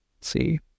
see